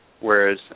Whereas